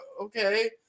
okay